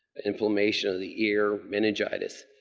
inflammation of the ear, meningitis,